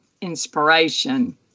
inspiration